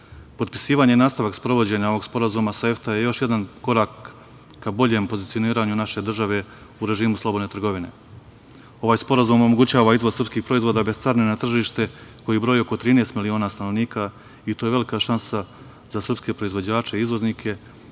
Island. Potpisivanje i nastavak sprovođenja ovog sporazuma sa EFTA je još jedan korak ka boljem pozicioniranju naše države u režimu slobodne trgovine. Ovaj sporazum omogućava izvoz srpskih proizvoda bez carine na tržište koji broji oko 13 miliona stanovnika i to je velika šansa sa srpske proizvođače, izvoznike,